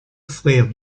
frère